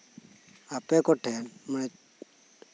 ᱟᱯᱮ ᱠᱚᱴᱷᱮᱱ ᱢᱟᱱᱮ